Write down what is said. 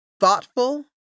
Thoughtful